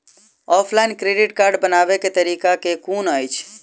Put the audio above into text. Offline credit card बनाबै केँ तरीका केँ कुन अछि?